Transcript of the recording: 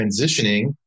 transitioning